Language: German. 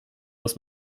aus